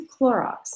Clorox